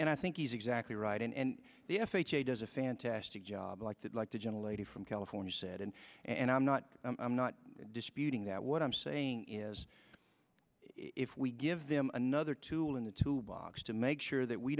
and i think he's exactly right and the f h a does a fantastic job like that like the gentle lady from california said and and i'm not i'm not disputing that what i'm saying is if we give them another tool in the tool box to make sure that we